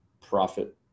profit